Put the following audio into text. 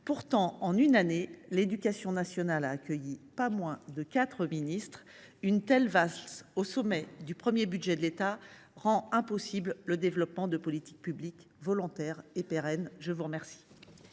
Pourtant, en une année, l’éducation nationale a accueilli pas moins de quatre ministres. Une telle valse au sommet du premier budget de l’État rend impossible le développement de politiques publiques volontaires et pérennes. La parole